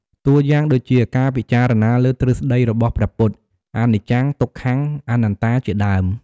តួយ៉ាងដូចជា ការពិចារណាលើទ្រឹស្ដីរបស់ព្រះពុទ្ធ អនិច្ចំ ទុក្ខំ អនត្តាជាដើម។